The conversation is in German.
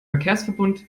verkehrsverbund